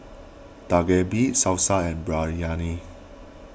Dak Galbi Salsa and Biryani